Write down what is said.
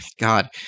God